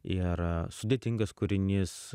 ir sudėtingas kūrinys